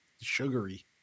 sugary